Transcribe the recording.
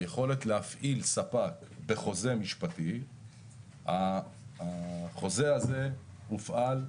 היכולת להפעיל ספק בחוזה משפטי - החוזה הזה הופעל,